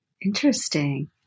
Interesting